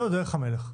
זו דרך המלך.